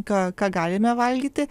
ką ką galime valgyti